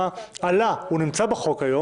הוא נמצא היום בחוק,